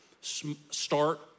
start